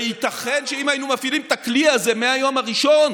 וייתכן שאם היינו מפעילים את הכלי הזה מהיום הראשון